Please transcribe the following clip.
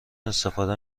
استفاده